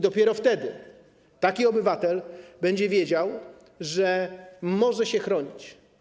Dopiero taki obywatel będzie wiedział, że może się chronić.